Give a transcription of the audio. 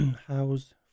house